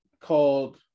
called